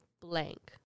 Blank